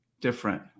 different